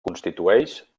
constitueix